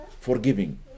forgiving